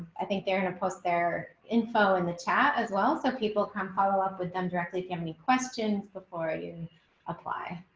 i think they're in a post their info in the chat as well so people can follow up with them directly. if you have any questions before you apply